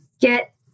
get